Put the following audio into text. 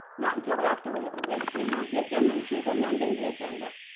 not until after we moved the agenda and she's amending the agenda.